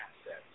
assets